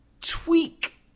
tweak